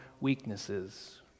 weaknesses